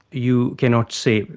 you cannot see it,